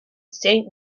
saint